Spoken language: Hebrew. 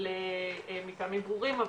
מטעמים ברורים,